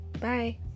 Bye